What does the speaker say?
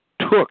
took